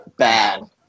bad